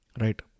right